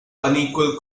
unequal